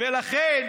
ולכן